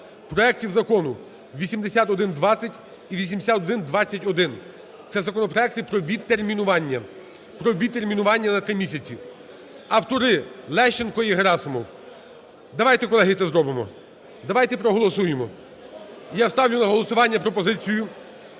проектів закону 8120 і 8121. Це законопроекти про відтермінування, про відтермінування на три місяці. Автори Лещенко і Герасимов. Давайте, колеги, це зробимо, давайте проголосуємо. Я ставлю на голосування пропозицію,